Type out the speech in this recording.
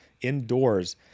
indoors